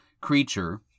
creature